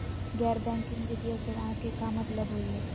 गैर बैंकिंग वित्तीय सेवाएं के का मतलब होई हे?